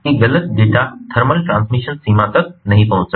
इसलिए कि गलत डेटा थर्मल ट्रांसमिशन सीमा तक नहीं पहुंच सके